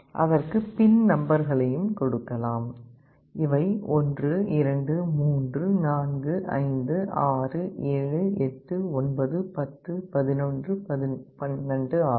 அதற்கு பின் நம்பர்களையும் கொடுக்கலாம் இவை 1 2 3 4 5 6 7 8 9 10 11 12 ஆகும்